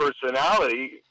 personality